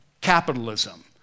capitalism